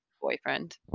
boyfriend